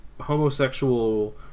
homosexual